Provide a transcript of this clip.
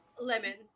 Lemon